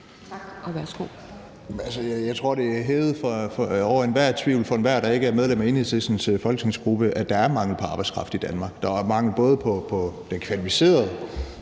Vanopslagh (LA): Jeg tror, det er hævet over enhver tvivl for enhver, der ikke er medlem af Enhedslistens folketingsgruppe, at der er mangel på arbejdskraft i Danmark. Der er både mangel på den kvalificerede,